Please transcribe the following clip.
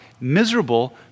miserable